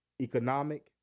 Economic